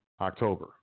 October